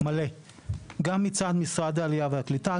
המלא גם מצד משרד העלייה והקליטה,